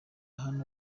hano